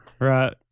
Right